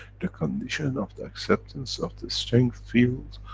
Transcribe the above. the condition of the acceptance of the strength field,